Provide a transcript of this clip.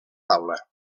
taula